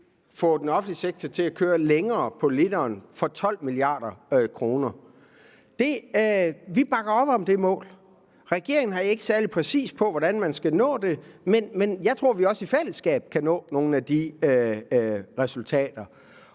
få den offentlige sektor til at køre længere på literen for 12 mia. kr. Vi bakker op om det mål. Regeringen udtrykker ikke særlig præcist, hvordan man skal nå det, men jeg tror, at vi også i fællesskab kan nå nogle af de resultater.